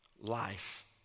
life